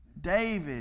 David